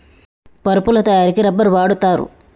పరుపుల తయారికి రబ్బర్ వాడుతారు